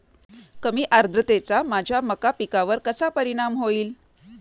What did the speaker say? कमी आर्द्रतेचा माझ्या मका पिकावर कसा परिणाम होईल?